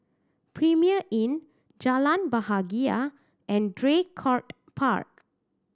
Premier Inn Jalan Bahagia and Draycott Park